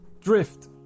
Drift